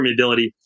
permeability